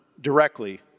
directly